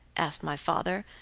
asked my father,